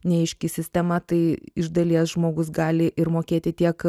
neaiški sistema tai iš dalies žmogus gali ir mokėti tiek